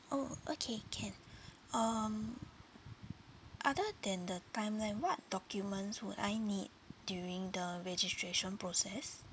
orh okay can um other than the timeline what documents would I need during the registration process